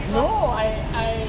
no I I